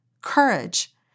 courage